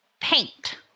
paint